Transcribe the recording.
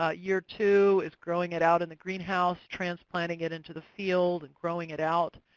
ah year two is growing it out in the greenhouse, transplanting it into the field, and growing it out.